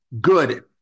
good